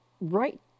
right